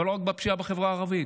לא רק בפשיעה בחברה הערבית,